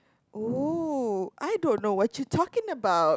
oh I don't know what you're talking about